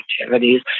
activities